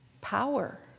power